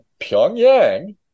Pyongyang